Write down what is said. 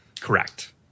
correct